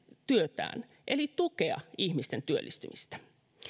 työtään eli tukea ihmisten työllistymistä